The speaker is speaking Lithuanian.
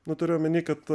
nu turiu omeny kad